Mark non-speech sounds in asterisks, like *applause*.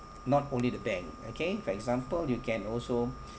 not only the bank okay for example you can also *breath*